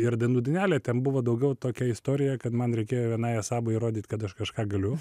ir dainų dainelė ten buvo daugiau tokia istorija kad man reikėjo vienai įrodyt kad aš kažką galiu